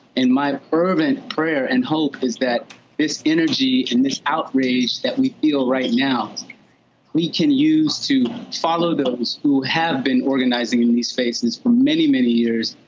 and my fervent prayer and hope is that this energy and this outrage that we feel right now we can use to follow those who have been organizing in these spaces for many, many years.